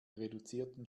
reduzierten